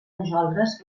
nosaltres